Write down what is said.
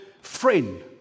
friend